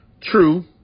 True